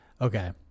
Okay